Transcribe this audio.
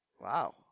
Wow